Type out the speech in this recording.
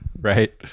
Right